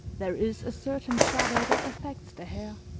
there is a certain shudder that affects the hair